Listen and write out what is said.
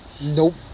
Nope